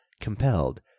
compelled